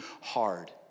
hard